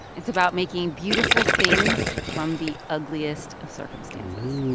it's about making beautiful things from the ugliest of circumstances ooh.